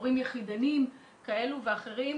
הורים יחידניים כאלה ואחרים,